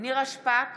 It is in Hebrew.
נירה שפק,